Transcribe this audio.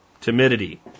timidity